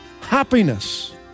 Happiness